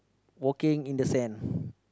walking in the sand